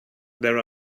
there